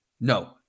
No